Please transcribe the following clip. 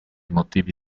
motivi